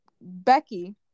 Becky